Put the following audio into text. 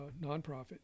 nonprofit